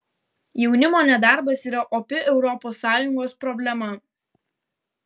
jaunimo nedarbas yra opi europos sąjungos problema